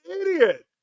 idiot